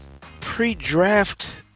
pre-draft